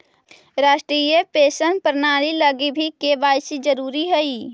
राष्ट्रीय पेंशन प्रणाली लगी भी के.वाए.सी जरूरी हई